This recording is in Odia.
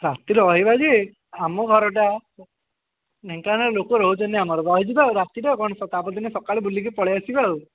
ରାତିରେ ରହିବା ଯେ ଆମ ଘରଟା ଢ଼େଙ୍କାନାଳ ଲୋକ ରହୁଛନ୍ତି ଆମର ରହିଯିବା ରାତିରେ ଆଉ କ'ଣ ତା'ପର ଦିନ ସକାଳେ ବୁଲିକି ପଳେଇ ଆସିବା ଆଉ